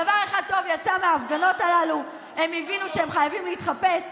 דבר אחד טוב יצא מההפגנות הללו: הם הבינו שהם חייבים להתחפש,